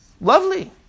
Lovely